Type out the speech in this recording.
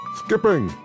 skipping